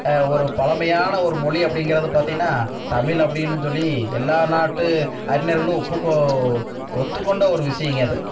ஒரு பழைமையான ஒரு மொழி அப்படிங்குறது பார்த்திங்கன்னா தமிழ் அப்படின்னு சொல்லி எல்லா நாட்டு அறிஞர்களும் ஒப்பு ஒத்துக்கொண்ட ஒரு விஷய்ங்க அது